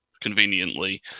conveniently